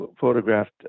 photographed